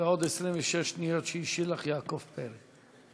ועוד 26 שניות שהשאיר לך יעקב פרי.